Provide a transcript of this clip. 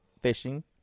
fishing